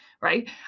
right